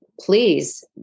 please